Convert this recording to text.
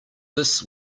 this